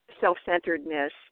self-centeredness